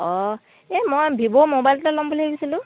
অঁ এই মই ভিভ'ৰ মোবাইল এটা ল'ম বুলি ভাবিছিলোঁ